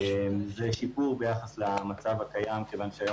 זה שיפור ביחס למצב הקיים כיוון שהיום